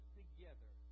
together